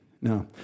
No